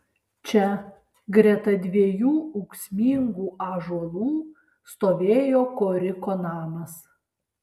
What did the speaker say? čia greta dviejų ūksmingų ąžuolų stovėjo koriko namas